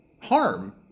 harm